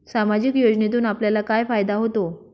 सामाजिक योजनेतून आपल्याला काय फायदा होतो?